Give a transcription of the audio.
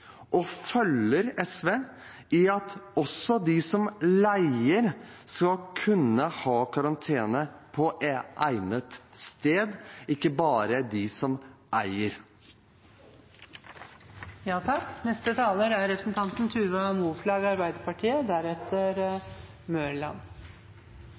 og følger SV i at også de som leier, skal kunne ha karantene på egnet sted, ikke bare de som eier. Jeg må begynne med å bruke representanten